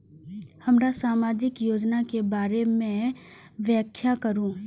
हमरा सामाजिक योजना के बारे में व्याख्या करु?